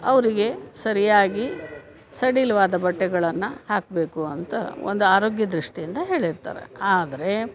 ಅವರಿಗೆ ಸರಿಯಾಗಿ ಸಡಿಲವಾದ ಬಟ್ಟೆಗಳನ್ನು ಹಾಕಬೇಕು ಅಂತ ಒಂದು ಆರೋಗ್ಯ ದೃಷ್ಟಿಯಿಂದ ಹೇಳಿರ್ತಾರೆ ಆದರೆ